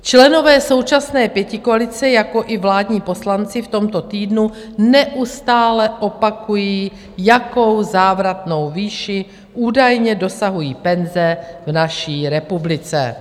Členové současné pětikoalice, jakož i vládní poslanci v tomto týdnu neustále opakují, jaké závratné výše údajně dosahují penze v naší republice.